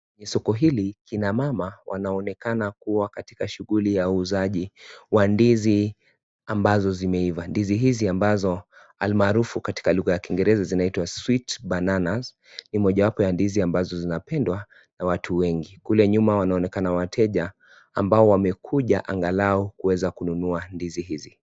Soko hili kina mama wanaonekana kuwa katika shughuli ya uuzaji wa ndizi ambazo zimeiva ndizi hizi ambazo almaarufu katika lugha ya kingereza zinaitwa sweet bananas ni mojawapo ya ndizi ambazo zinapendwa na watu wengi na kule nyuma wanaonekana wateja ambao wamekuja angalau kuweza kununua ndizi hizi.